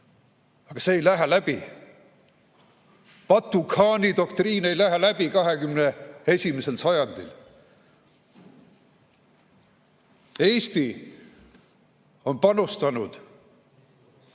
Aga see ei lähe läbi. Batu-khaani doktriin ei lähe läbi 21. sajandil. Eesti on panustanud